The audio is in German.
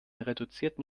reduzierten